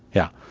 yeah.